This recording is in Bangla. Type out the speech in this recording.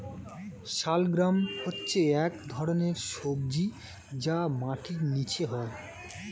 শালগ্রাম হচ্ছে এক ধরনের সবজি যা মাটির নিচে হয়